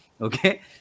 okay